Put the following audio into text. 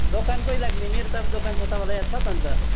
दोकानकै लागि नि मेरो त अब दोकान छ तपाईँलाई याद छ त अन्त